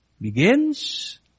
begins